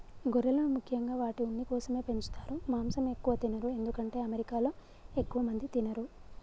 గొర్రెలను ముఖ్యంగా వాటి ఉన్ని కోసమే పెంచుతారు మాంసం ఎక్కువ తినరు ఎందుకంటే అమెరికాలో ఎక్కువ మంది తినరు